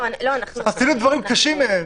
עשינו דברים קשים מאלה.